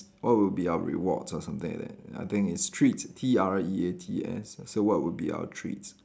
what would be our rewards or something like that I think it's treats T R E A T S so what would be our treats